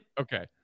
Okay